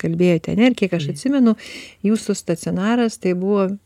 kalbėjote ane ir kiek aš atsimenu jūsų stacionaras tai buvo